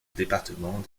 département